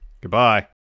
Goodbye